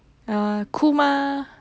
orh cool mah